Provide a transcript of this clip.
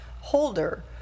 holder